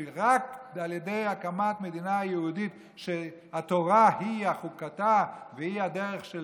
שרק הקמת מדינה יהודית שהתורה היא חוקתה והיא הדרך של